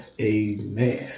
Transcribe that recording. amen